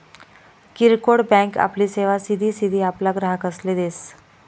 किरकोड बँक आपली सेवा सिधी सिधी आपला ग्राहकसले देस